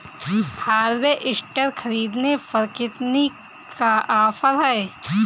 Harvester ख़रीदने पर कितनी का ऑफर है?